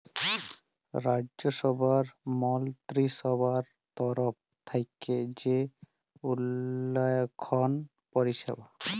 রাজ্যসভার মলত্রিসভার তরফ থ্যাইকে যে উল্ল্যয়ল পরিষেবা